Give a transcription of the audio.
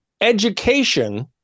education